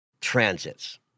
transits